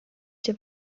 cię